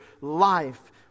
life